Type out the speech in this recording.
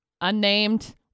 unnamed